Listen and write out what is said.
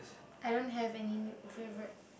I don't have any new favorite